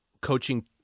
coaching